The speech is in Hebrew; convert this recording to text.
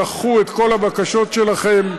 דחו את כל הבקשות שלכם,